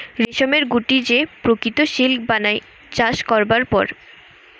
রেশমের গুটি যে প্রকৃত সিল্ক বানায় চাষ করবার পর